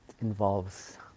involves